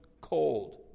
cold